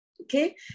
okay